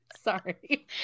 Sorry